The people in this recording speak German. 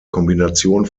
kombination